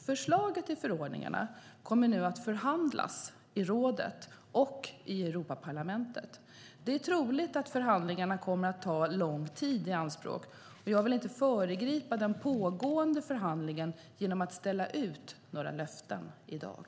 Förslagen till förordningar kommer nu att förhandlas i rådet och i Europaparlamentet. Det är troligt att förhandlingarna kommer ta lång tid i anspråk, och jag vill inte föregripa den pågående förhandlingen genom att ställa ut några löften i dag.